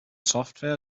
software